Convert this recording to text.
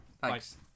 Thanks